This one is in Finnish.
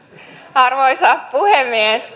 arvoisa puhemies